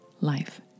Life